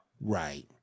Right